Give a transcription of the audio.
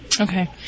Okay